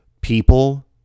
people